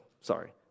sorry